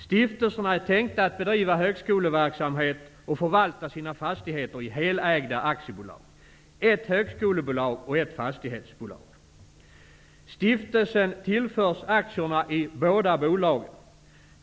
Stiftelserna är tänkta att bedriva högskoleverksamhet och förvalta sina fastigheter i helägda aktiebolag -- ett högskolebolag och ett fastighetsbolag.